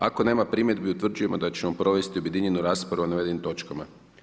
Ako nema primjedbi utvrđujemo da ćemo provesti objedinjenu raspravu o navedenim točkama.